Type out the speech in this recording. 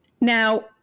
Now